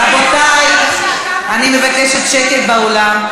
רבותי, אני מבקשת שקט באולם.